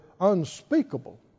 unspeakable